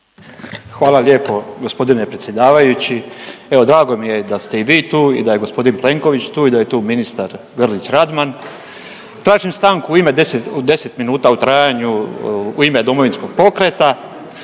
Hvala lijepo gospodine predsjedavajući. Evo drago mi je da ste i vi tu i da je gospodin Plenković tu i da je tu ministar Grlić Radman. Tražim stanku u ime 10, 10 minuta u trajanju u ime Domovinskog pokreta